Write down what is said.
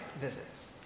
visits